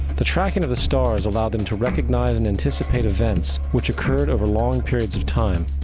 the tracking of the stars allowed them to recognize and anticipate events which occurred over long periods of time,